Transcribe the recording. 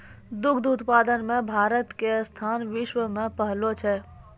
दुग्ध उत्पादन मॅ भारत के स्थान विश्व मॅ पहलो छै